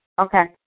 Okay